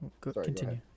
Continue